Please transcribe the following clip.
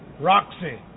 Roxy